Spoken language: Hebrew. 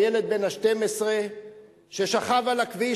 הילד בן ה-12 ששכב על הכביש,